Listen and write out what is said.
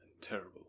terrible